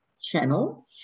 channel